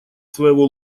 своего